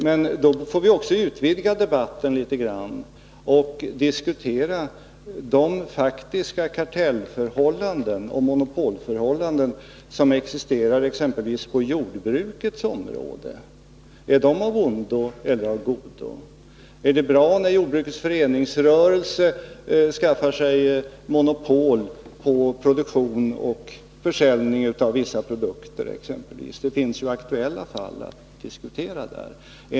Men då får vi också utvidga debatten litet och diskutera de faktiska kartelloch monopolförhållanden som existerar exempelvis på jordbrukets område — är de av ondo eller av godo? Är det bra när jordbrukets föreningsrörelse skaffar sig monopol på produktion och försäljning av vissa produkter — det finns ju aktuella fall att diskutera där.